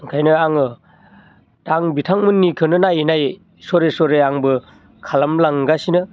ओंखायनो आङो दा आं बिथांमोननिखौनो नायै नायै सरै सरै आंबो खालाम लांगासिनो